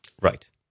Right